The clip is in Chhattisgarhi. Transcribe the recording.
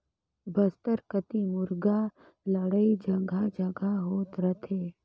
बस्तर कति मुरगा लड़ई जघा जघा होत रथे